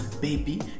baby